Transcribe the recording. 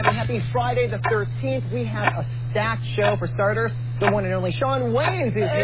but happy friday the thirteenth. we have a stacked show. for starters the one and only shawn wanes is